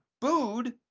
booed